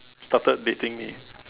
started dating me